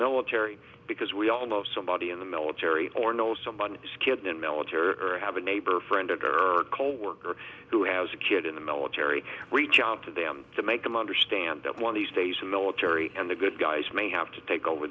military because we all know somebody in the military or know someone skilled in military or have a neighbor friend or coworker who has a kid in the military reach out to them to make them understand that one these days the military and the good guys may have to take over